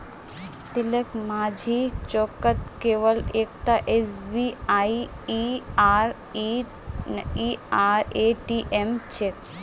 तिलकमाझी चौकत केवल एकता एसबीआईर ए.टी.एम छेक